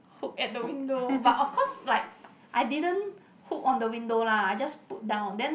hook at the window but of course like I didn't hook on the window lah I just put down then